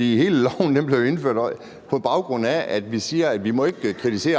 ikke. Loven blev indført, på baggrund af at vi siger, at vi ikke må kritisere